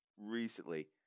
recently